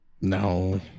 No